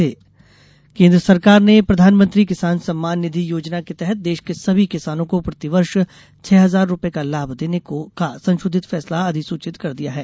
किसान सम्मान निधि केन्द्र सरकार ने प्रधानमंत्री किसान सम्मान निधि योजना के तहत देश के सभी किसानों को प्रतिवर्ष छह हजार रूपये का लाभ देने का संशोधित फैसला अधिसूचित कर दिया है